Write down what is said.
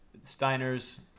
Steiner's